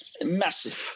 Massive